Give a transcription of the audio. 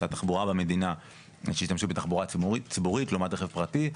התחבורה במדינה שישתמשו בתחבורה ציבורית לעומת רכב פרטי,